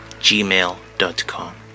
gmail.com